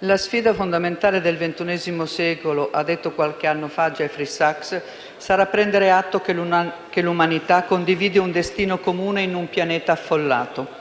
la sfida fondamentale del XXI secolo - ha detto qualche anno fa Jeffrey Sachs - sarà prendere atto che l'umanità condivide un destino comune in un pianeta affollato.